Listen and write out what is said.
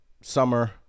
summer